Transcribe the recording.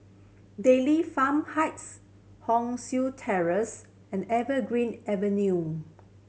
Dairy Farm Heights Hong San Terrace and Evergreen Avenue